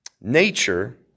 Nature